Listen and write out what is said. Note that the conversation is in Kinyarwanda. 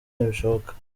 ntibishoboka